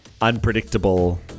unpredictable